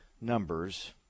numbers